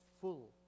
full